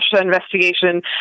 investigation